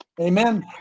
Amen